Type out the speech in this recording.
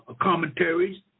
commentaries